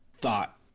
thought